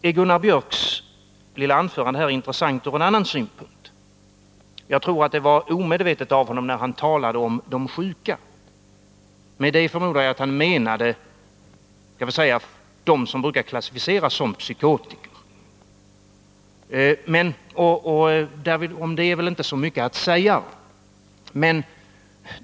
Gunnar Biörcks lilla anförande är intressant också ur en annan synvinkel. Jag tror att det var omedvetet av honom att tala om ”de sjuka”. Med det förmodar jag att han menade de som brukar klassificeras som psykotiker, och om det finns det väl inte så mycket att säga.